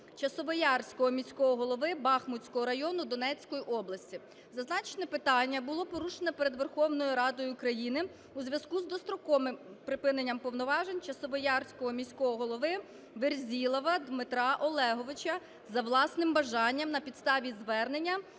Часовоярського міського голови Бахмутського району Донецької області. Зазначене питання було порушено перед Верховною Радою України у зв'язку з достроковим припиненням повноважень Часовоярського міського голови Верзілова Дмитра Олеговича за власним бажанням на підставі звернення